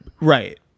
Right